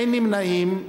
אין נמנעים.